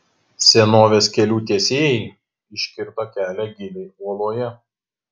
senovės kelių tiesėjai iškirto kelią giliai uoloje